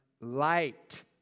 light